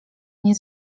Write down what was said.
nie